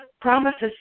promises